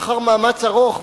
לאחר מאמץ ארוך,